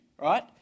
right